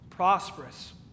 prosperous